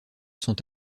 sont